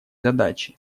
задачи